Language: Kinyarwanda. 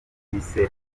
bise